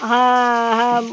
হ্যাঁ হ্যাঁ